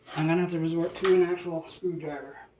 i'm going to have to resort to an actual screwdriver.